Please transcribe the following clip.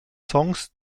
songs